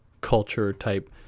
culture-type